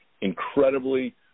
incredibly